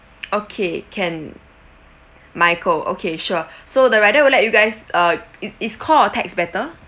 okay can michael okay sure so the rider will let you guys err it is call or text better